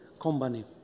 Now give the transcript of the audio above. company